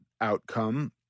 outcome